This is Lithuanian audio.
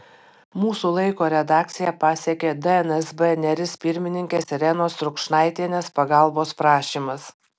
mūsų laiko redakciją pasiekė dnsb neris pirmininkės irenos rukšnaitienės pagalbos prašymas